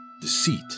deceit